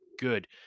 good